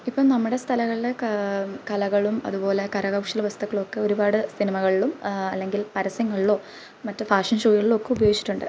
ഇപ്പോള് നമ്മുടെ സ്ഥലകൾലെ കലകളും അതുപോലെ കരകൗശല വസ്തുക്കളൊക്കെ ഒരുപാട് സിനിമകളിലും അല്ലങ്കിൽ പരസ്യങ്ങളിലോ മറ്റ് ഫാഷൻ ഷോകളിലോ ഒക്കെ ഉപയോഗിച്ചിട്ടുണ്ട്